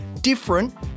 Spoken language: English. different